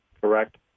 Correct